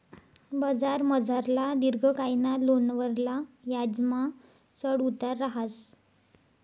बजारमझारला दिर्घकायना लोनवरला याजमा चढ उतार रहास